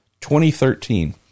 2013